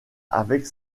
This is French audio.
avec